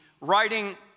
writing